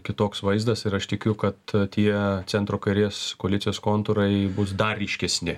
kitoks vaizdas ir aš tikiu kad tie centro kairės koalicijos kontūrai bus dar ryškesni